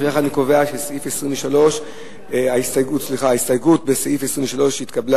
לפיכך, אני קובע שההסתייגות לסעיף 23 נתקבלה.